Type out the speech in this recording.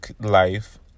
life